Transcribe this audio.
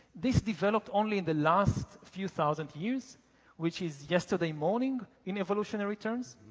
this developed only in the last few thousand years which is yesterday morning in evolutionary terms.